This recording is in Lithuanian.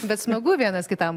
bet smagu vienas kitam